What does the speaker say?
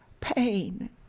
pain